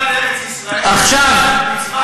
בארץ-ישראל, מצווה, תודה רבה.